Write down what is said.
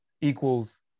equals